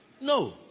No